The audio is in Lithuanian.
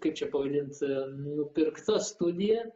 kaip čia pavadint nupirkta studija